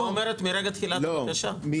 היא אומרת מרגע תחילת הבקשה.